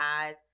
eyes